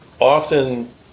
often